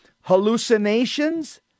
Hallucinations